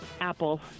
Apple